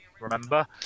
Remember